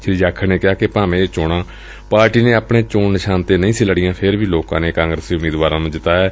ਸ੍ਰੀ ਜਾਖੜ ਨੇ ਕਿਹਾ ਕਿ ਭਾਵੇਂ ਇਹ ਚੋਣਾ ਪਾਰਟੀ ਨੇ ਆਪਣੇ ਚੋਣ ਨਿਸ਼ਾਨ ਤੇ ਨਹੀ ਲੜੀਆਂ ਫਿਰ ਵੀ ਲੋਕਾਂ ਨੇ ਕਾਂਗਰਸੀ ਉਮੀਦਵਾਰਾਂ ਨੂੰ ਜਿਤਾਇਐ